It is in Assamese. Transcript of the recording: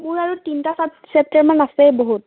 মোৰ আৰু তিনিটা ছে ছেপ্টাৰমান আছেই বহুত